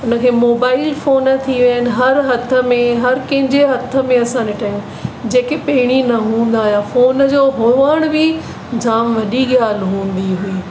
उनखे mobile phone थी विया आहिनि हर हथ में हर कंहिंजे हथ में असां ॾिठा आहिनि जेके पहिरीं न हूंदा हुया फ़ोन जो हुजनि बि जाम वॾी गाल्हि हूंदी हुई